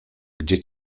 gdzie